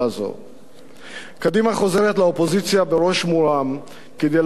קדימה חוזרת לאופוזיציה בראש מורם כדי להזכיר ולהמחיש לך,